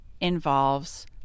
involves